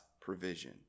provision